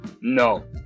no